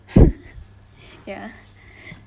ya